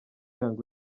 young